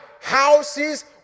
Houses